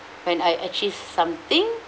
when I achieve something